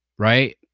Right